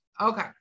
Okay